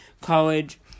college